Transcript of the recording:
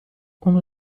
اون